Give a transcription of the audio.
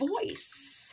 voice